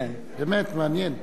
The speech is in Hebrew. באמת, מעניין.